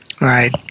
Right